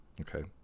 Okay